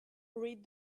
read